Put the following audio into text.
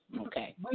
Okay